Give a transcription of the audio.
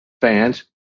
fans